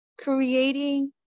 creating